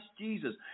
Jesus